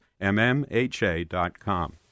mmha.com